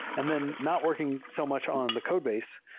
and then not working so much on the codebase,